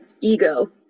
ego